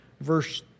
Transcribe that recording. Verse